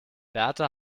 berta